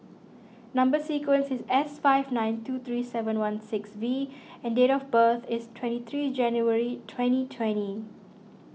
Number Sequence is S five nine two three seven one six V and date of birth is twenty three January twenty twenty